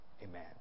Amen